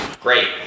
great